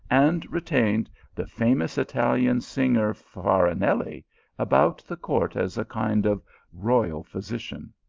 and retained the famous italian singer farinelli about the court as a kind of royal physician.